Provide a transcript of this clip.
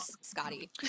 scotty